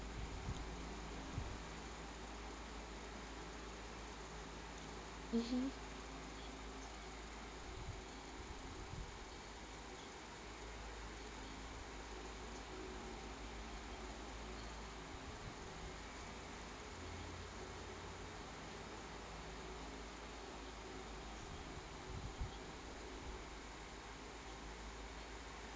mmhmm